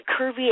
curvy